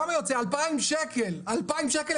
כמה יוצא: 2,000 שקל לתושב.